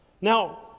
Now